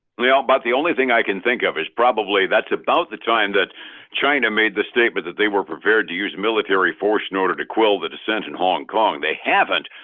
ah about the only thing i can think of is probably that's about the time that china made the statement that they were prepared to use military force in order to quell the dissent in hong kong. they haven't,